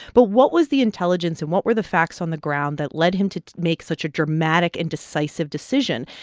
but what was the intelligence and what were the facts on the ground that led him to make such a dramatic and decisive decision?